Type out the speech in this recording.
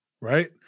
right